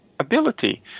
ability